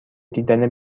دیدن